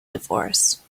divorce